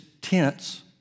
tense